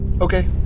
Okay